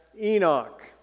Enoch